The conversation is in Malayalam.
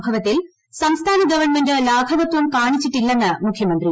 സംഭവത്തിൽ സംസ്ഥാന ഗവൺമെന്റ് ലാഘവത്വം കാണിച്ചിട്ടില്ലെന്ന് മുഖ്യമന്ത്രി